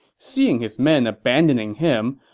seeing his men abandoning him,